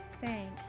Thanks